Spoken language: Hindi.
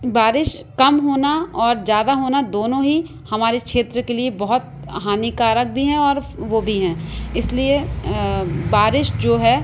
बारिश कम होना और ज़्यादा होना दोनों ही हमारे क्षेत्र के लिए बहुत हानिकारक भी हैं और वह भी हैं इसलिए बारिश जो है